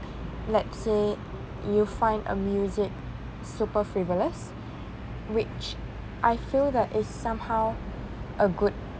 let's say you find a music super frivolous which I feel that is somehow a good